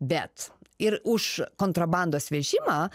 bet ir už kontrabandos vežimą